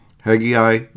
Haggai